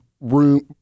room